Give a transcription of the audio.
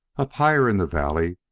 up higher in the valley,